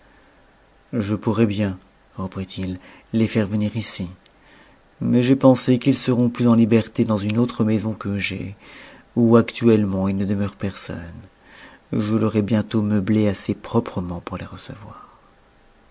je pourrais bien reprit-il les faire venir ici mais j'ai pensé qu'ils seront plus en liberté dans une autre maison que j'ai où actuellement il ne demeure personne je l'aurai bientôt meublée assez proprement pour les recevoir